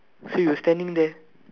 so we were standing there